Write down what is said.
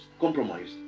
compromised